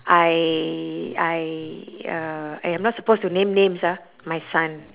I I uh !aiya! I'm not supposed to name names ah my son